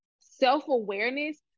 self-awareness